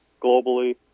globally